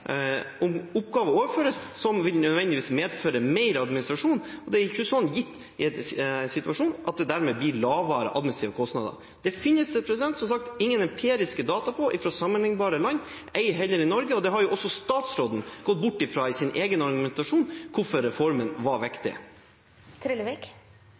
om oppgaver overføres, noe som nødvendigvis vil medføre mer administrasjon. Det er ikke gitt i en sånn situasjon at det dermed blir lavere administrative kostnader. Det finnes det som sagt ingen empiriske data på fra sammenlignbare land, ei heller i Norge, og det har også statsråden gått bort fra i sin egen argumentasjon om hvorfor reformen var